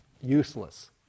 useless